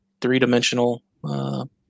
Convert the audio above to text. three-dimensional